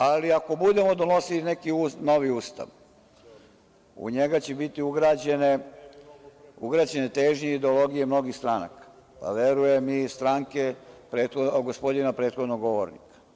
Ali, ako budemo donosili neki novi ustav, u njega će biti ugrađene težnje i ideologije mnogih stranaka, a verujem i stranke, gospodina prethodnog govornika.